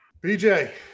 bj